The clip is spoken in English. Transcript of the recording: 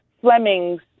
Fleming's